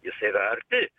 jis yra arti